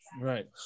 right